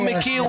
הוא מכיר,